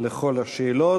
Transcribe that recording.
כל השאלות.